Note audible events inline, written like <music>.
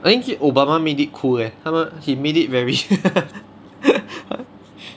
I think obama made it cool leh 他们 he made it very <laughs>